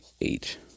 eight